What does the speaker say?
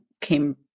came